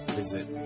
visit